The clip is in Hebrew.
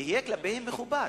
יהיה כלפיהם מכובד,